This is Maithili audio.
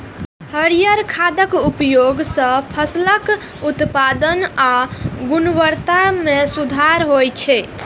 हरियर खादक उपयोग सं फसलक उत्पादन आ गुणवत्ता मे सुधार होइ छै